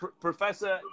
Professor